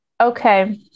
Okay